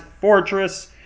fortress